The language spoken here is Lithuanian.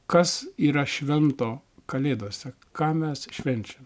kas yra švento kalėdose ką mes švenčiam